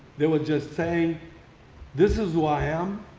they were just saying this is who i am,